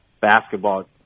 basketball